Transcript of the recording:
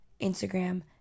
Instagram